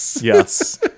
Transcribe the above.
Yes